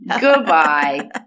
Goodbye